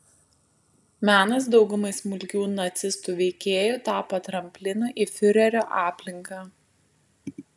menas daugumai smulkių nacistų veikėjų tapo tramplinu į fiurerio aplinką